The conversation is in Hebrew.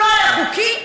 חוקי.